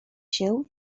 się